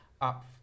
up